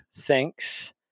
thanks